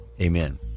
Amen